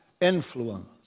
influence